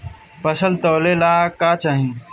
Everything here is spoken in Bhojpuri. फसल तौले ला का चाही?